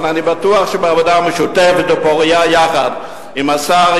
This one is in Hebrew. אבל אני בטוח שבעבודה משותפת ופורייה יחד עם השר,